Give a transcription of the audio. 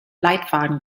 leitfaden